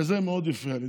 וזה מאוד הפריע לי.